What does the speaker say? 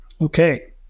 okay